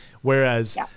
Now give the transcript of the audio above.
whereas